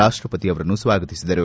ರಾಷ್ಟಪತಿಯವರನ್ನು ಸ್ವಾಗತಿಸಿದರು